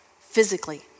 physically